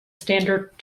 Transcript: standard